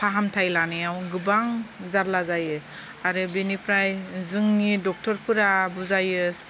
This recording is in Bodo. फाहामथाइ लानायाव गोबां जारला जायो आरो बेनिफ्राय जोंनि डक्टर फोरा बुजायो